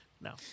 No